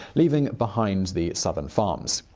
leaving behind the southern farms.